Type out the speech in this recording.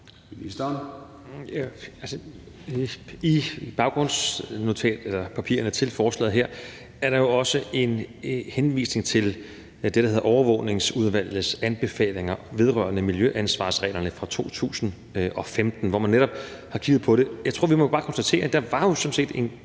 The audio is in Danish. I baggrundspapirerne til forslaget her er der jo også en henvisning til det, der hedder Overvågningsudvalgets anbefalinger vedrørende miljøansvarsreglerne fra 2015, hvor man netop har kigget på det. Jeg tror, vi bare må konstatere, at der jo sådan set var